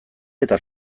eta